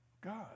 God